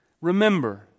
Remember